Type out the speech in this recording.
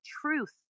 truth